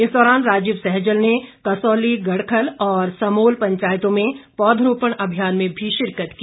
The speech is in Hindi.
इस दौरान राजीव सैजल ने कसौली गड़खल और समोल पंचायतों में पौधरोपण अभियान में भी शिरकत की